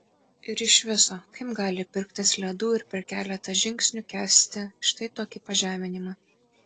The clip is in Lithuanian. ir iš viso kaip gali pirktis ledų ir per keletą žingsnių kęsti štai tokį pažeminimą